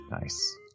Nice